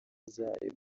zayo